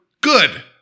Good